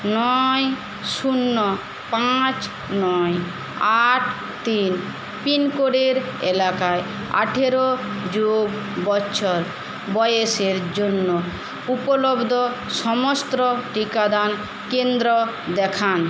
নয় শূন্য পাঁচ নয় আট তিন পিনকোডের এলাকায় আঠারো যোগ বছর বয়সের জন্য উপলব্ধ সমস্ত টিকাদান কেন্দ্র দেখান